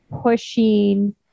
pushing